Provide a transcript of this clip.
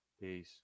peace